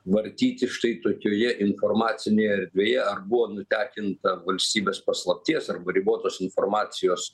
vartyti štai tokioje informacinėje erdvėje ar buvo nutekinta valstybės paslapties arba ribotos informacijos